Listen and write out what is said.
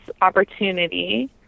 opportunity